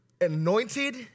Anointed